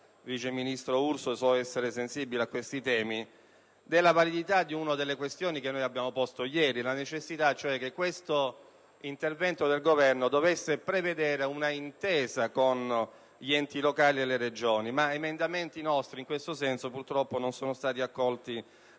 viceministro Urso che so essere sensibile a questi temi - della validità di una delle questioni che abbiamo posto ieri: la necessità cioè che questo intervento del Governo prevedesse un'intesa con gli enti locali e le Regioni. Ma i nostri emendamenti in questo senso, purtroppo, non sono stati accolti